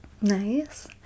nice